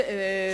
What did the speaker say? אתה צודק.